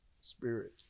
spirit